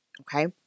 okay